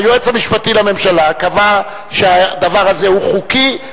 היועץ המשפטי לממשלה קבע שהדבר הזה הוא חוקי,